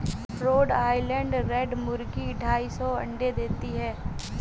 road Island red मुर्गी ढाई सौ अंडे देती है